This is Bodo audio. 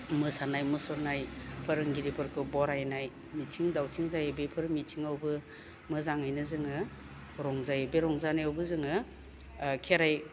मोसानाय मुसुरनाय फोरोंगिरिफोरखौ बरायनाय मिथिं दावथिं जायो बेफोर मिथिङावबो मोजाङैनो जोङो रंजायो बे रंजानायावबो जोङो खेराइ